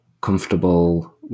comfortable